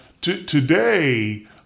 today